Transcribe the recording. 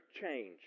change